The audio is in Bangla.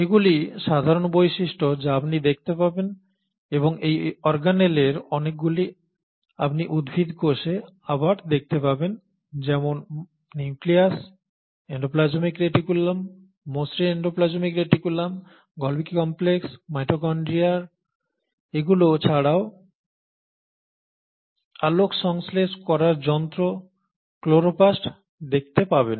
এগুলি সাধারণ বৈশিষ্ট্য যা আপনি দেখতে পাবেন এবং এই অর্গানেলের অনেকগুলি আপনি উদ্ভিদ কোষে আবার দেখতে পাবেন যেমন নিউক্লিয়াস এন্ডোপ্লাজমিক রেটিকুলাম মসৃণ এন্ডোপ্লাজমিক রেটিকুলাম গোলজি কমপ্লেক্স মাইটোকন্ড্রিয়ার এগুলো ছাড়াও আলোক সংশ্লেষ করার যন্ত্র ক্লোরোপ্লাস্ট দেখতে পাবেন